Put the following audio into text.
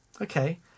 Okay